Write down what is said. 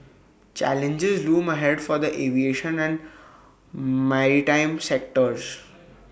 challenges loom ahead for the aviation and maritime sectors